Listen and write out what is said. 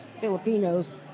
Filipinos